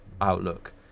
outlook